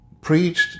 preached